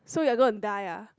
so you're gonna die ah